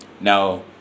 Now